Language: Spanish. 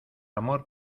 amor